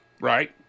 Right